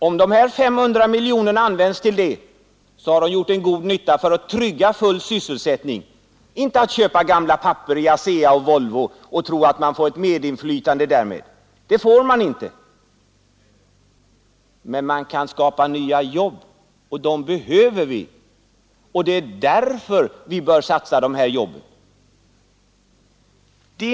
Om de 500 miljonerna användes till det, så har pengarna gjort en god insats för att trygga full sysselsättning, i stället för att man köper gamla papper i ASEA och Volvo och tror att man därmed får medinflytande. Det får man inte. Men man kan skapa nya jobb — och de jobben behöver vi! Det är därför vi bör satsa de pengarna.